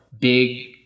big